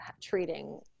treating